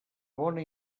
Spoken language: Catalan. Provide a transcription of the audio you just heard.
bona